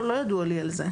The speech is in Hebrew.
לא ידוע לי על זה.